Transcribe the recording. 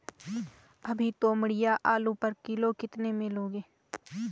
अभी तोमड़िया आलू पर किलो कितने में लोगे?